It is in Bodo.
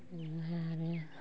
ओमफाय आरो